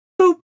boop